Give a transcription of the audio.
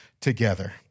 together